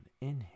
Inhale